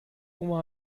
oma